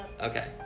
okay